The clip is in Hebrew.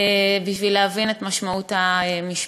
בשביל להבין את משמעות המשפחה.